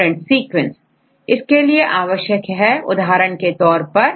student sequence इसके लिए आवश्यक है उदाहरण के तौर पर